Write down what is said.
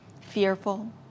fearful